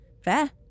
fair